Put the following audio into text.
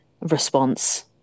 response